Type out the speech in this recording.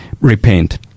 repent